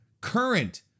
current